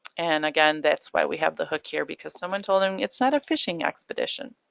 and again that's why we have the hook here because someone told them it's not a fishing expedition.